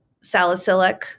salicylic